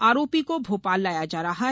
आरोपी को भोपाल लाया जा रहा है